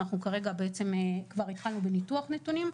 אנחנו התחלנו בניתוח הנתונים,